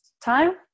time